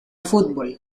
fútbol